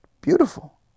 beautiful